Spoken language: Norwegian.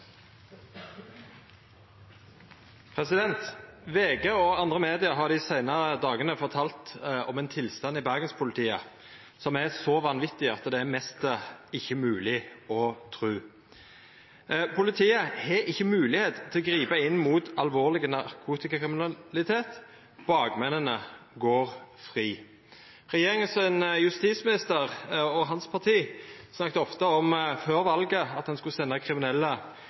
andre medium har dei seinaste dagane fortalt om ein tilstand i Bergens-politiet som er så vanvettig at det er nesten ikkje mogleg å tru. Politiet har ikkje moglegheit til å gripa inn mot alvorleg narkotikakriminalitet, og bakmennene går fri. Justisministeren i regjeringa og hans parti snakka ofte før valet om at ein skulle senda kriminelle